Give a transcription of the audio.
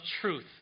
truth